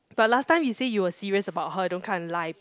but last time you say you were serious about her don't come and lie